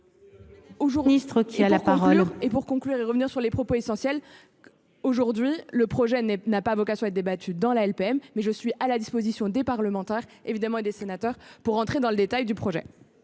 Ministre qui a la parole. Et pour conclure et revenir sur les propos essentiel. Aujourd'hui, le projet n'est n'a pas vocation à être débattue dans la LPM mais je suis à la disposition des parlementaires évidemment et des sénateurs pour entrer dans le détail du projet.